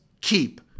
keep